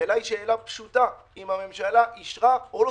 השאלה היא שאלה פשוטה: האם הממשלה אישרה או לא.